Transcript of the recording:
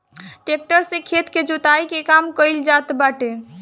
tractor से खेत के जोताई के काम कइल जात बाटे